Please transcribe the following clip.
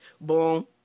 Boom